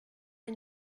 une